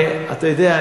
אתה יודע,